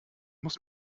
muss